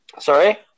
sorry